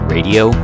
Radio